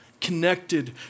connected